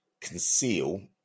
conceal